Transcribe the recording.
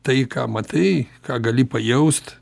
tai ką matai ką gali pajaust